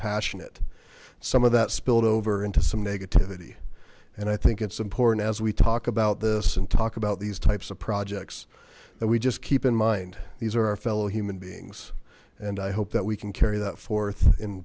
passionate some of that spilled over into some negativity and i think it's important as we talk about this and talk about these types of projects that we just keep in mind these are our fellow human beings and i hope that we can carry that forth in